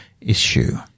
issue